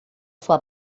sua